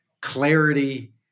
clarity